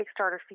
Kickstarter